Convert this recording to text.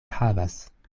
havas